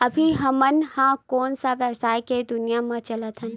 अभी हम ह कोन सा व्यवसाय के दुनिया म चलत हन?